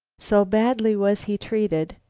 so badly was he treated,